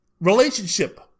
Relationship